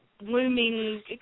looming